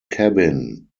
cabin